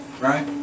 right